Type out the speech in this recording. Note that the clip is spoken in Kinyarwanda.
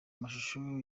amashusho